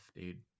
dude